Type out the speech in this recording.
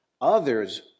Others